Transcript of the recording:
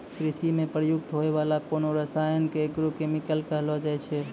कृषि म प्रयुक्त होय वाला कोनो रसायन क एग्रो केमिकल कहलो जाय छै